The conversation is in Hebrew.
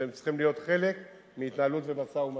שהם צריכים להיות חלק מהתנהלות ומשא-ומתן.